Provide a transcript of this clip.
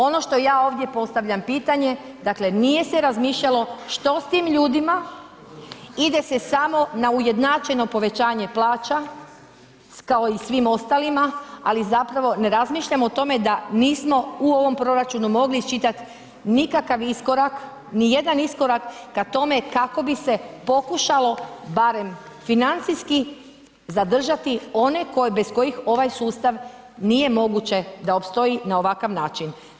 Ono što ja ovdje postavljam pitanje, dakle nije se razmišljalo što s tim ljudima, ide se samo na ujednačeno povećanje plaća kao i svim ostalim ali zapravo ne razmišljamo o tome da nismo u ovom proračunu mogli iščitat nikakav iskorak, nijedan iskorak ka tome kakao bi se pokušalo barem financijski zadržati one bez kojih ovaj sustav nije moguće da opstoji na ovakav način.